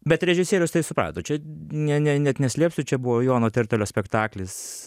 bet režisierius tai suprato čia ne ne net neslėpsiu čia buvo jono tertelio spektaklis